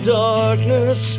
darkness